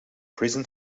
prison